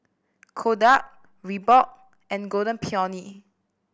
Kodak Reebok and Golden Peony